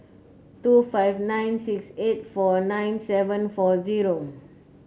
two five nine six eight four nine seven four zero